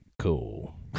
Cool